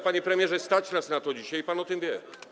Panie premierze, stać nas na to dzisiaj i pan o tym wie.